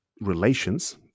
relations